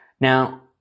Now